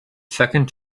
second